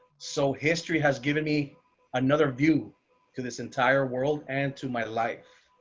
so, history has given me another view to this entire world and to my life.